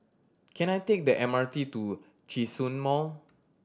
can I take the M R T to Djitsun Mall